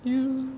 hmm